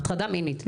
הטרדה מינית,